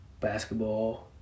basketball